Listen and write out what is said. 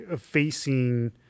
facing